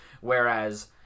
Whereas